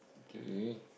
K